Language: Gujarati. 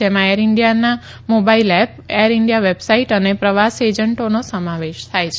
જેમાં Air India mobile app Air India website અને પ્રવાસ એજન્ટોનો સમાવેશ થાય છે